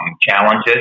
challenges